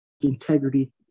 integrity